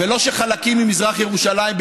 ולא שחלקים ממזרח ירושלים,